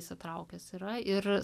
įsitraukęs yra ir